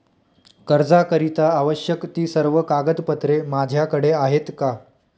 कर्जाकरीता आवश्यक ति सर्व कागदपत्रे माझ्याकडे आहेत का?